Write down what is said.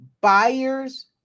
buyer's